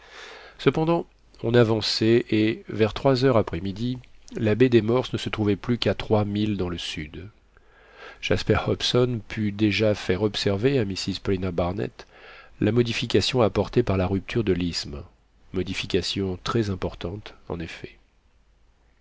cependant on avançait et vers trois heures après midi la baie des morses ne se trouvait plus qu'à trois milles dans le sud jasper hobson put déjà faire observer à mrs paulina barnett la modification apportée par la rupture de l'isthme modification très importante en effet